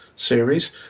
Series